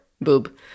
boob